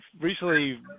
recently